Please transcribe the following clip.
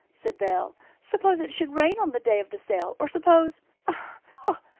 said belle suppose it should rain on the day of the sale, or suppose oh,